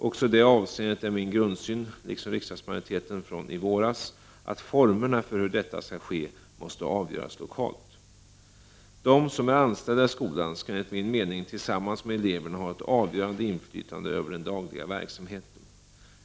Också i det avseendet är min grundsyn, liksom riksdagsmajoritetens i våras, att formerna för hur detta skall ske måste avgöras lokalt. De som är anställda i skolan skall enligt min mening tillsammans med ele verna ha ett avgörande inflytande över den dagliga verksamheten.